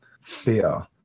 fear